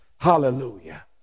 Hallelujah